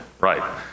Right